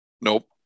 Nope